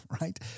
right